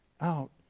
out